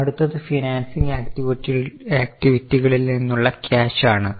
അടുത്തത് ഫിനാൻസിംഗ് ആക്റ്റിവിറ്റികളിൽ നിന്നുള്ള ക്യാഷ് ആണ്